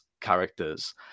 characters